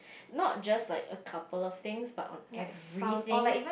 not just like a couple of things but on every things